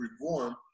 reform